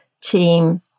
team